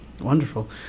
Wonderful